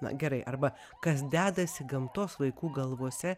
na gerai arba kas dedasi gamtos vaikų galvose